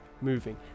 moving